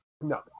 No